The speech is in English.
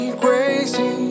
crazy